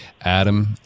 Adam